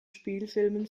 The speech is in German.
spielfilmen